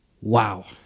Wow